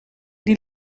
die